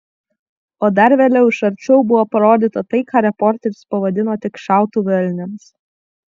o dar vėliau iš arčiau buvo parodyta tai ką reporteris pavadino tik šautuvu elniams